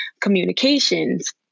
communications